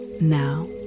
Now